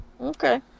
okay